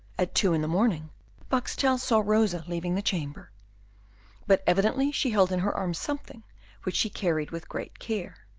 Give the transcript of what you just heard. at two in the morning boxtel saw rosa leaving the chamber but evidently she held in her arms something which she carried with great care.